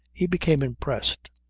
he became impressed,